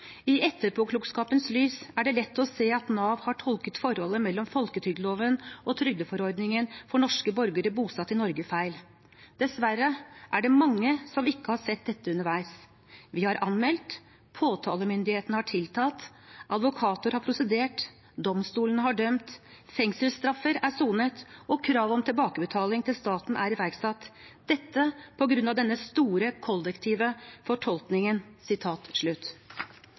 trygdeforordningen for norske borgere bosatt i Norge feil. Dessverre var vi mange som ikke så det underveis. Vi har anmeldt, påtalemyndigheten har tiltalt, advokater har prosedert, domstolene har dømt, fengselsstraffer er sonet, og krav om tilbakebetaling til staten er iverksatt – dette på grunn av denne store kollektive